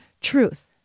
truth